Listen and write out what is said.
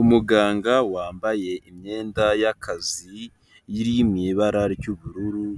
Umuganga wambaye imyenda y'akazi iri mu ibara ry'ubururu,